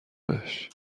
بهش